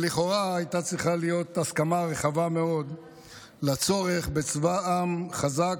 לכאורה הייתה צריכה להיות הסכמה רחבה מאוד לצורך בצבא עם חזק,